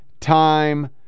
time